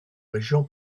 région